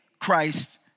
Christ